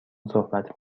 صحبت